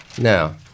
Now